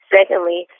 Secondly